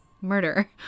murder